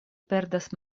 perdas